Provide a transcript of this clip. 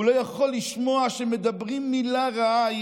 הוא לא יכול לשמוע שמדברים מילה רעה.